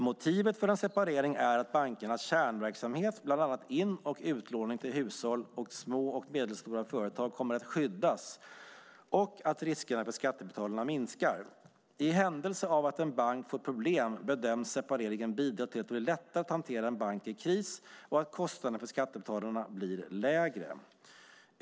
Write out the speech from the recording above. Motivet för en separering är att bankernas kärnverksamhet, bland annat in och utlåning till hushåll och små och medelstora företag, kommer att skyddas och att riskerna för skattebetalarna minskar. I händelse av att en bank får problem bedöms separeringen bidra till att det blir lättare att hantera en bank i kris och att kostnaden för skattebetalarna blir lägre.